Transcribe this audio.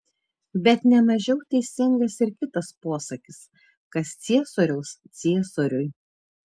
bet ne mažiau teisingas ir kitas posakis kas ciesoriaus ciesoriui